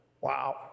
Wow